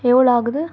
எவ்வளோ ஆகுது